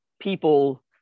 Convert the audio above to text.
people